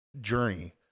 journey